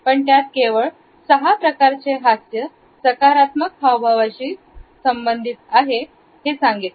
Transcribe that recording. पण त्यात केवळ सहा प्रकारच्या हास यांचा सकारात्मक हावभावाशी संबंध जोडला